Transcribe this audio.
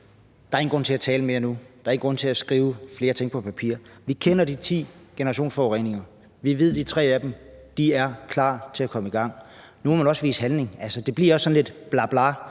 Der er ingen grund til at tale mere nu. Der er ikke grund til at skrive flere ting på papir. Vi kender de ti generationsforureninger. Vi ved, at man er klar til at komme i gang med de tre af dem. Nu må man også vise handling. Altså, det bliver også sådan lidt blablabla,